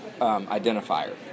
identifier